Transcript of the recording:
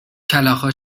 کلاغها